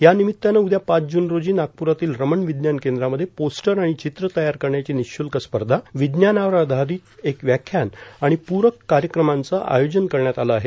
या निमित्तानं उद्या पाच जूनं रोजी नागपुरातील रमण विज्ञान केंद्रामध्ये पोस्टर आणि चित्र तयार करण्याची निशुल्क स्पर्धा विज्ञानावर आधारित एक व्याख्यान आणि पूरक कार्यक्रमांचं आयोजन करण्यात आलं आहे